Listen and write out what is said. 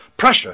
Pressure